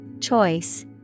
Choice